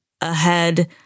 ahead